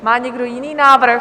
Má někdo jiný návrh?